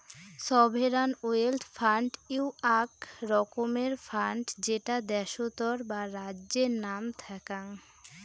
sovereign wealth fund হউ আক রকমের ফান্ড যেটা দ্যাশোতর বা রাজ্যের নাম থ্যাক্যাং